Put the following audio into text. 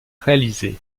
réalisées